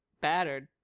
battered